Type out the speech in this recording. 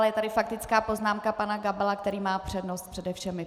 Ale je tady faktická poznámka pana Gabala, který má přednost přede všemi.